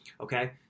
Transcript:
Okay